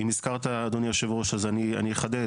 אם הזכרת, אדוני היושב-ראש, אז אני אחדד.